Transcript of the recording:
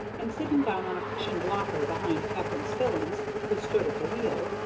and, sitting down on a cushioned locker behind captain spillins, who stood at the wheel,